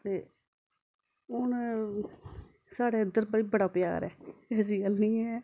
ते हून साढ़ें इद्धर भाई बड़ा प्यार ऐ ऐसी गल्ल निं ऐ